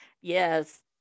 Yes